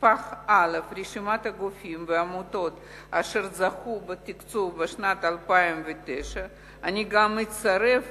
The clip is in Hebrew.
נספח א' רשימת גופים ועמותות אשר זכו בתקצוב בשנת 2009. אני גם אצרף